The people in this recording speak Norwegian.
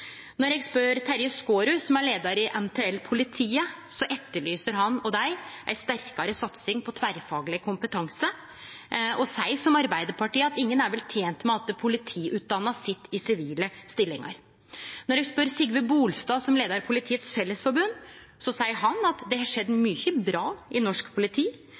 Når eg spør Terje Skaarud, som er leiar i NTL Politiet, etterlyser han og dei ei sterkare satsing på tverrfagleg kompetanse og seier, som Arbeidarpartiet, at ingen er vel tent med at politiutdanna sit i sivile stillingar. Når eg spør Sigve Bolstad, som leiar Politiets Fellesforbund, seier han at det har skjedd mykje bra i norsk politi,